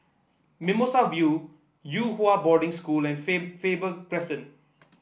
Mimosa View Yew Hua Boarding School and Faber Crescent